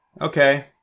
Okay